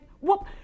Whoop